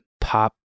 pop